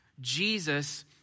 Jesus